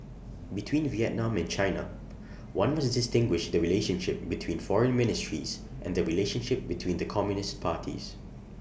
between Vietnam and China one must distinguish the relationship between foreign ministries and the relationship between the communist parties